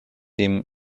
dem